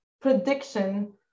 prediction